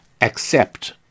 accept